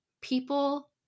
people